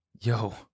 Yo